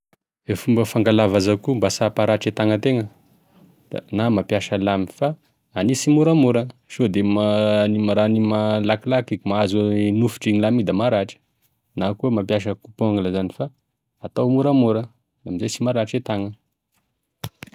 E fomba fangalagny vazakoho mba sy hamparatry e tagnategna da na mampiasa lamy fa hania simoramora sode ma- ny maraha an'igny ma- malakilaky mahazo i nofotry igny lamy igny da maratra, na koa mampiasa coupe ongle zany da atao moramora amzay sy maratra e tagna.